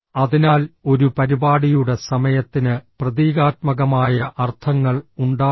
അതിനാൽ ഒരു പരിപാടിയുടെ സമയത്തിന് പ്രതീകാത്മകമായ അർത്ഥങ്ങൾ ഉണ്ടാകാം